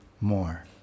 more